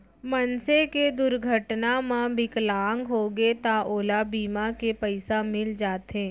मनसे के दुरघटना म बिकलांग होगे त ओला बीमा के पइसा मिल जाथे